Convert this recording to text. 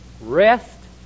rest